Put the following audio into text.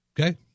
Okay